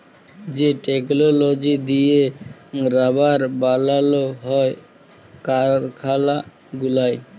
যে টেকললজি দিঁয়ে রাবার বালাল হ্যয় কারখালা গুলায়